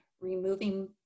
removing